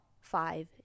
five